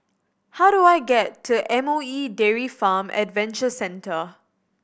how do I get to M O E Dairy Farm Adventure Centre